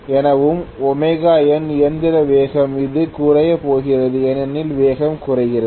எனவே ωm இயந்திர வேகம் இது குறையப் போகிறது ஏனெனில் வேகம் குறைகிறது